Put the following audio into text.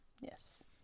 Yes